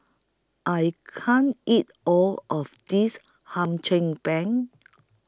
I can't eat All of This Hum Chim Peng